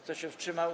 Kto się wstrzymał?